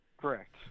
Correct